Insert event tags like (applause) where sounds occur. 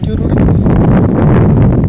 (unintelligible)